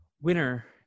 winner